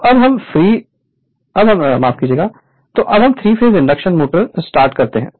Refer Slide Time 1507 तो अब हम three phase induction motor start करते हैं